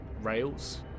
rails